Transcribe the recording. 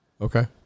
Okay